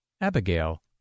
Abigail